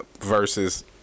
versus